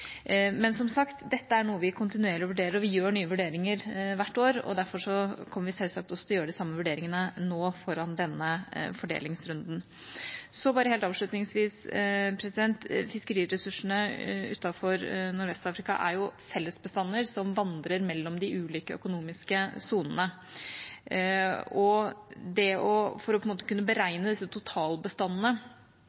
Men som sagt er dette noe vi kontinuerlig vurderer, og vi gjør nye vurderinger hvert år. Derfor kommer vi selvsagt til å gjøre de samme vurderingene nå foran denne fordelingsrunden. Helt avslutningsvis: Fiskeriressursene utenfor Nordvest-Afrika er fellesbestander som vandrer mellom de ulike økonomiske sonene. For å kunne beregne disse totalbestandene og anbefale et tak på